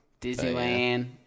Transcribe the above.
Disneyland